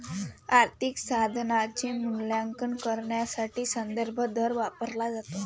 आर्थिक साधनाचे मूल्यांकन करण्यासाठी संदर्भ दर वापरला जातो